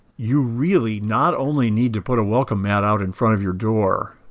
you really not only need to put a welcome mat out in front of your door,